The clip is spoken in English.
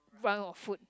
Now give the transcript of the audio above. round of food